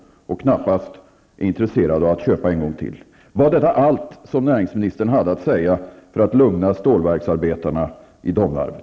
De är knappast intresserade av att köpa en gång till. Var detta allt som näringsministern hade att säga för att lugna stålverksarbetarna i Domnarvet?